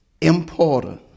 importer